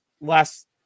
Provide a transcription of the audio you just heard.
last